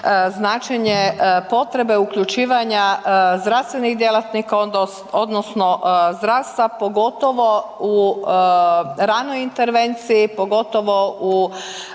značenje potrebe uključivanja zdravstvenih djelatnika odnosno zdravstva, pogotovo u ranoj intervenciji, pogotovo u